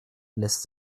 lässt